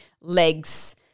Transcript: legs